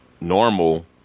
normal